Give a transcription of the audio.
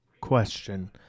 question